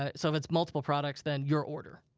ah so if it's multiple products, then your order.